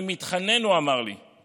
אני מתחנן, הוא אמר לי.